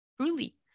Truly